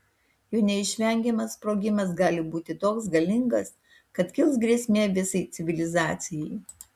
jo neišvengiamas sprogimas gali būti toks galingas kad kils grėsmė visai civilizacijai